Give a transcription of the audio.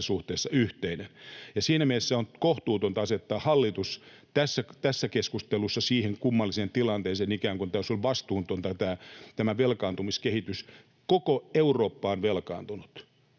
suhteessa yhteinen. Siinä mielessä on kohtuutonta asettaa hallitus tässä keskustelussa siihen kummalliseen tilanteeseen, että ikään kuin olisi ollut vastuutonta tämä velkaantumiskehitys. Koko Eurooppa on velkaantunut.